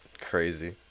Crazy